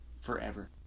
forever